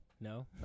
no